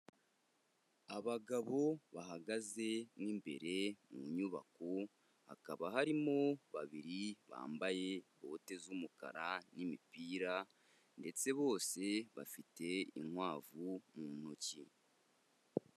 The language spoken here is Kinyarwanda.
Abagabo bahagaze mo imbere mu nyubako, hakaba harimo babiri bambaye bote z'umukara n'imipira, ndetse bose bafite inkwavu mu ntoki.